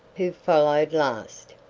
who followed last,